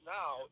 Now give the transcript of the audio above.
now